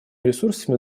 ресурсами